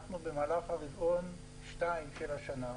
אנחנו במהלך הרבעון השני של השנה,